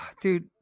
Dude